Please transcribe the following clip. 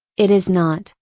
it is not,